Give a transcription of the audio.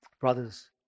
brothers